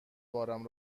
بارم